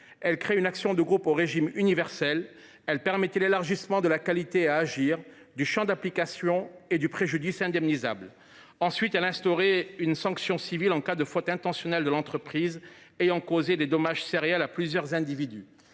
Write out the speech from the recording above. elle créait une action de groupe au régime universel. En outre, elle permettait l’élargissement de la qualité à agir, du champ d’application et du préjudice indemnisable. Elle instaurait par ailleurs une sanction civile en cas de faute intentionnelle de l’entreprise ayant causé des dommages sériels à plusieurs individus.